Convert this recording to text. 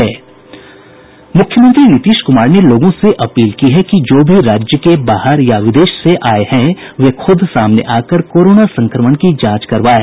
मुख्यमंत्री नीतीश कुमार ने लोगों से अपील की है कि जो भी राज्य के बाहर या विदेश से आये हैं वे खुद सामने आकर कोरोना संक्रमण की जांच करवायें